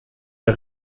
der